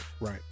Right